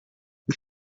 les